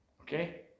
Okay